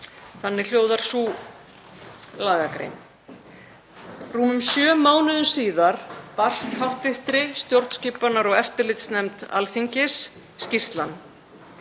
Þannig hljóðar sú lagagrein. Rúmum sjö mánuðum síðar barst hv. stjórnskipunar- og eftirlitsnefnd Alþingis skýrslan.